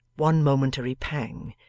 one momentary pang,